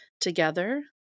together